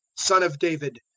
son of david,